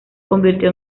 convirtió